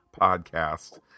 podcast